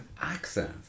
accent